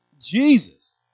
Jesus